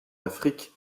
afrique